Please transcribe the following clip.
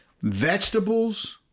vegetables